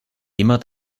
immer